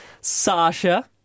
Sasha